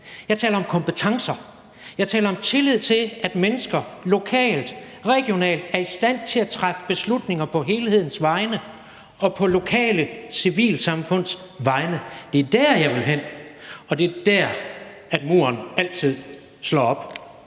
Jeg taler om kompetencer. Jeg taler om tillid til, at mennesker lokalt, regionalt er i stand til at træffe beslutninger på helhedens vegne og på lokale civilsamfunds vegne. Det er der, jeg vil hen, og det er der, man altid møder